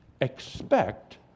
Expect